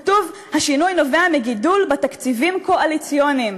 כתוב, השינוי נובע מגידול בתקציבים קואליציוניים,